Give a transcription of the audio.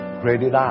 created